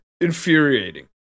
infuriating